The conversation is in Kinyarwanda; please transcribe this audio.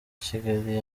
kigali